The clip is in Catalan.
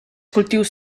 cultius